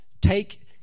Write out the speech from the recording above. take